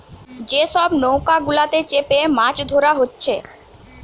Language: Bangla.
যে সব নৌকা গুলাতে চেপে মাছ ধোরা হচ্ছে